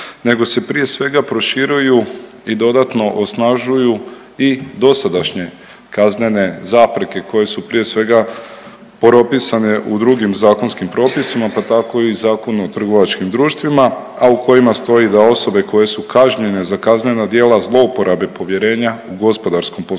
nego se prije svega proširuju i dodatno osnažuju i dosadašnje kaznene zapreke koje su prije svega propisane u drugim zakonskim propisima, pa tako i u Zakonu o trgovačkim društvima, a u kojima stoji da osobe koje su kažnjene za kaznena djela zlouporabe povjerenja u gospodarskom poslovanju,